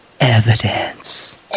Evidence